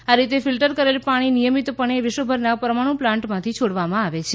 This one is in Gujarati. આ રીતે ફિલ્ટર કરેલ પાણી નિયમિતપણે વિશ્વભરના પરમાણુ પ્લાન્ટમાંથી છોડવામાં આવે છે